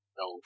no